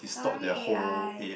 sorry a_i